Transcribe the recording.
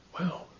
Wow